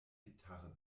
gitarre